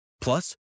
Plus